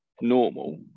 normal